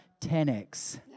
10X